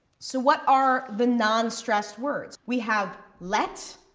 so what are the non-stressed words? we have, let,